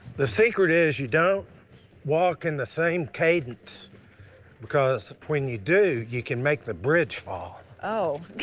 the secret is you don't walk in the same cadence because when you do you can make the bridge fall. oh.